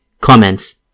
Comments